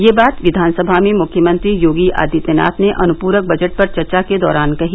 यह बात विधानसभा में मुख्यमंत्री योगी आदित्यनाथ ने अनुप्रक बजट पर चर्चा के दौरान कही